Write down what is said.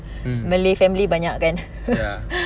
malay family banyak kan